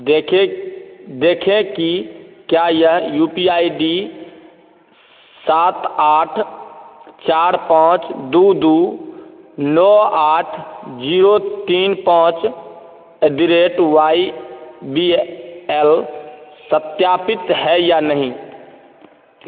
देखें देखें कि क्या यह U P I I D सात आठ चार पाँच दो दो नौ आठ जीरो तीन पाँच at the rate Y B L सत्यापित है या नहीं